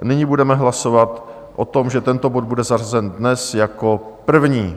A nyní budeme hlasovat o tom, že tento bod bude zařazen dnes jako první.